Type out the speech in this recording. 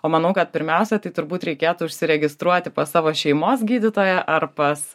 o manau kad pirmiausia tai turbūt reikėtų užsiregistruoti pas savo šeimos gydytoją ar pas